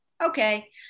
okay